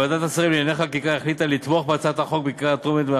ועדת השרים לענייני חקיקה החליטה לתמוך בהצעת החוק בקריאה טרומית,